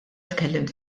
tkellimt